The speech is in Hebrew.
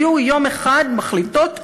היו יום אחד מחליטות,